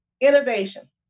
innovation